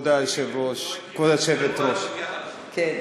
כבוד היושבת-ראש, הרוויח זמן, כן.